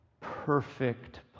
perfect